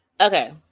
Okay